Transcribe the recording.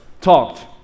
talked